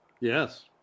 Yes